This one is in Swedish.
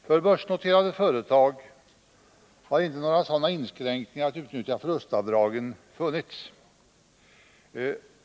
För börsnoterade företag har inte några sådana inskränkningar när det gäller att utnyttja förlustavdragen funnits.